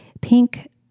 pink